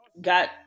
got